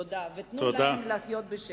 תודה, ותנו להם לחיות בשקט.